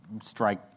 strike